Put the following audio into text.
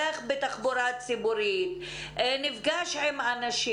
בשלב הראשון הוא נדרש להמתין 5 ימים.